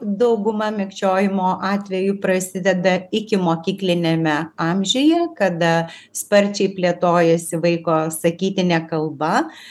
dauguma mikčiojimo atvejų prasideda ikimokykliniame amžiuje kada sparčiai plėtojasi vaiko sakytinė kalba